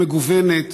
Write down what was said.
המגוונת,